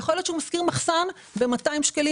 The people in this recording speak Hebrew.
יכול להיות שהוא משכיר מחסן ב-200 שקלים